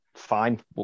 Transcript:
Fine